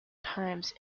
times